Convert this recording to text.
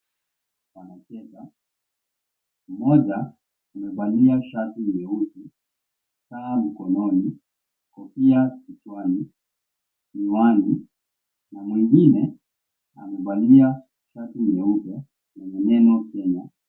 Wanacheza, mmoja amevalia shati nyeusi, saa mkononi, kofia kichwani, miwani na mwengine amevalia shati nyeupe yenye neno Kenya.